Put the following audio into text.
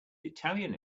italian